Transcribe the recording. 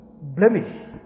blemish